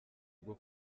bwo